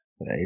right